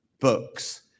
books